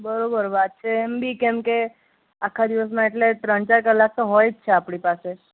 બરાબર વાત છે એમ બી કેમ કે આખા દિવસમાં એટલે ત્રણ ચાર કલાક તો હોય જ છે આપણી પાસે